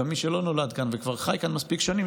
גם מי שלא נולד כאן וכבר חי כאן מספיק שנים,